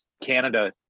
Canada